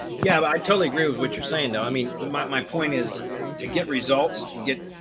yeah, i totally agree with what you're saying, though. i mean, my point is to get results and get,